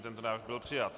Tento návrh byl přijat.